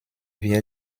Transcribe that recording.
wir